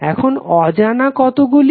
এখন অজানা কতগুলি